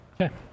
Okay